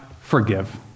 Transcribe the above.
forgive